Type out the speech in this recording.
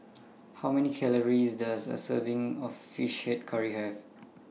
How Many Calories Does A Serving of Fish Head Curry Have